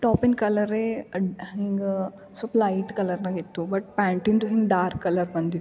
ಟಾಪಿನ ಕಲರೇ ಅಡ್ ಹಿಂಗ ಸ್ವಲ್ಪ್ ಲೈಟ್ ಕಲರ್ನಗಿತ್ತು ಬಟ್ ಪ್ಯಾಂಟಿದು ಹೀಗೆ ಡಾರ್ಕ್ ಕಲರ್ ಬಂದಿತ್ತು